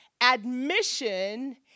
Admission